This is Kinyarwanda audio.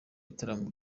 igitaramo